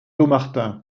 dommartin